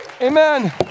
Amen